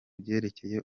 byerekeye